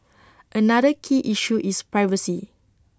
another key issue is privacy